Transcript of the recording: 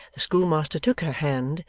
the schoolmaster took her hand,